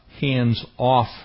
hands-off